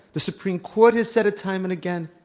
the supreme court has said it time and again.